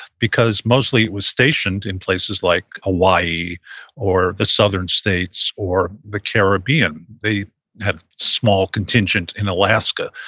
because mostly it was stationed in places like hawaii or the southern states or the caribbean. they had small contingent in alaska.